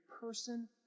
person